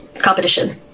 Competition